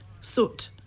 soot